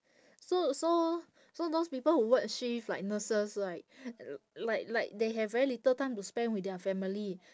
so so so those people who work shift like nurses right like like they have very little time to spend with their family